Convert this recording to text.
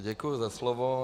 Děkuji za slovo.